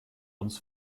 uns